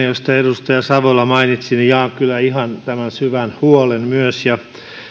josta edustaja savola mainitsi jaan kyllä ihan tämän syvän huolen myös